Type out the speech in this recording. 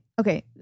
Okay